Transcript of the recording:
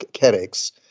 headaches